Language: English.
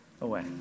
away